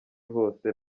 hose